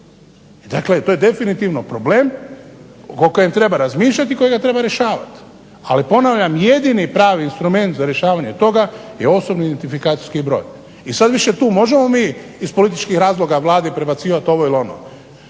dakle to je definitivno problem o kojem treba razmišljati i kojega treba rješavati. Ali ponavljam, jedini pravi instrument za rješavanje toga je osobni identifikacijski broj. I sad više tu možemo mi iz političkih razloga Vladi prebacivati ovo ili ono.